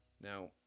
Now